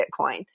Bitcoin